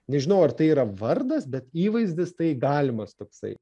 nežinau ar tai yra vardas bet įvaizdis tai galimas toksai